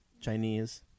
Chinese